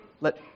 Let